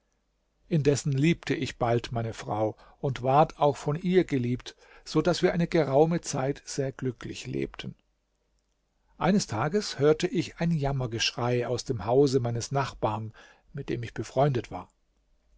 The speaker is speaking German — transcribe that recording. indessen liebte ich bald meine frau und ward auch von ihr geliebt so daß wir eine geraume zeit sehr glücklich lebten eines tages hörte ich ein jammergeschrei aus dem hause meines nachbarn mit dem ich befreundet war